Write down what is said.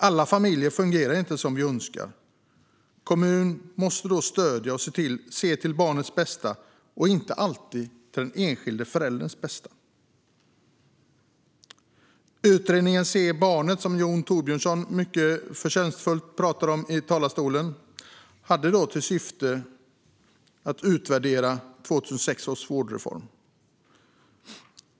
Alla familjer fungerar inte som vi önskar. Kommunen måste då stödja och se till barnets bästa och inte alltid till den enskilde förälderns bästa. Utredningen Se barnet! , som Jon Thorbjörnson mycket förtjänstfullt pratade om i talarstolen, hade till syfte att utvärdera 2006 års vårdnadsreform.